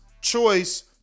choice